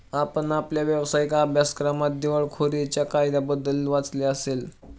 आपण आपल्या व्यावसायिक अभ्यासक्रमात दिवाळखोरीच्या कायद्याबद्दलही वाचले असेल